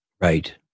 Right